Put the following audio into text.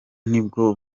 nibwo